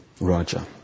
Raja